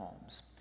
homes